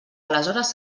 aleshores